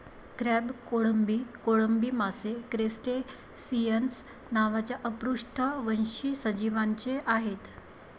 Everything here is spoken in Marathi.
क्रॅब, कोळंबी, कोळंबी मासे क्रस्टेसिअन्स नावाच्या अपृष्ठवंशी सजीवांचे आहेत